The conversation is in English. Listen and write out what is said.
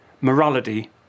morality